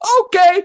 okay